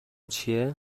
چیه